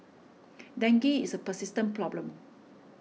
dengue is a persistent problem